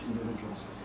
individuals